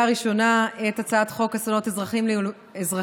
ראשונה את הצעת חוק אסונות לאומיים-אזרחיים,